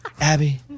Abby